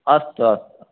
अस्तु अस्तु